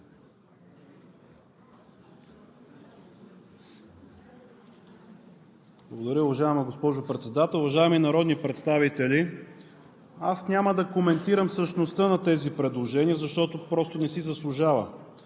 Благодаря, уважаема госпожо Председател. Уважаеми народни представители, аз няма да коментирам същността на тези предложения, защото просто не си заслужава.